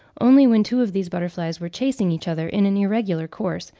only when two of these butterflies were chasing each other in an irregular course,